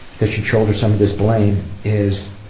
that should shoulder some of this blame is